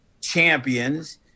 champions